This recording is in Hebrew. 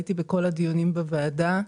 הייתי בכל הדיונים בוועדה.